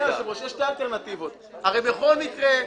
בכל מקרה,